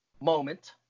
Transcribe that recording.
moment